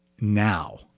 now